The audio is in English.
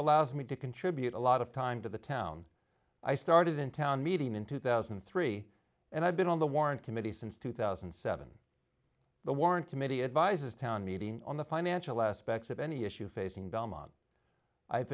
allows me to contribute a lot of time to the town i started in town meeting in two thousand and three and i've been on the warren committee since two thousand and seven the warrant committee advises town meeting on the financial aspects of any issue facing belmont i've